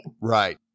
Right